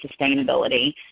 sustainability